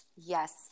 Yes